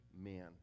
man